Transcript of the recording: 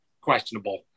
questionable